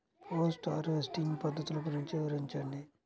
Post harvesting పద్ధతులు గురించి వివరించండి?